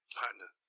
partner